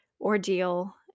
ordeal